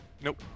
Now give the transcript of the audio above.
Nope